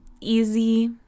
easy